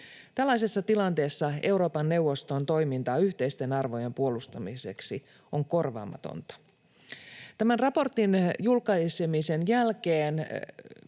Tällaisessa tilanteessa Euroopan neuvoston toiminta yhteisten arvojen puolustamiseksi on korvaamatonta. Tämän raportin julkaisemisen jälkeen